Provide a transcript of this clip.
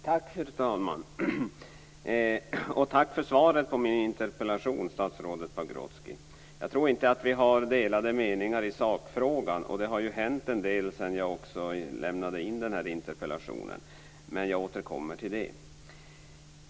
Fru talman! Tack för svaret på min interpellation, statsrådet Pagrotsky! Jag tror inte att vi har delade meningar i sakfrågan. Det har ju hänt en del sedan jag lämnade in interpellationen, men jag återkommer till det.